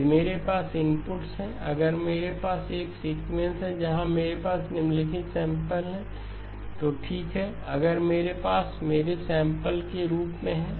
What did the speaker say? यदि मेरे पास इनपुट्स हैं अगर मेरे पास एक सीक्वेंस है जहां मेरे पास निम्नलिखित सैंपल हैं तो ठीक है अगर मेरे पास मेरे सैंपल के रूप में हैं